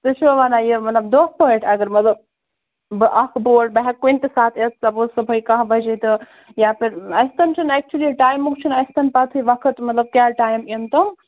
تُہۍ چھِوا وَنان یہِ مطلب دۄہ پٲٹھۍ اَگر مطلب بہٕ اکھ بوٹ بہٕ ہٮ۪کہٕ کُنہِ تہِ ساتہٕ یِتھ گوٚو صبُحٲے کاہ بَجے تہٕ یا پھِر اَسہِ تہِ چھُنہٕ ایکچُؤلی ٹایمُک چھُنہٕ اَسہِ پَتہٕ ہٕے وقت مطلب کیٛاہ ٹایم یِنۍ تُم